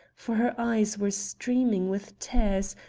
for her eyes were streaming with tears,